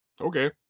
okay